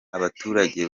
abaturage